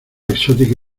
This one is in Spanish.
exótica